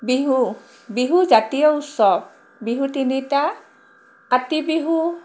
বিহু বিহু জাতীয় উৎসৱ বিহু তিনিটা কাতি বিহু